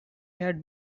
had